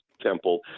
temple